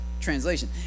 translation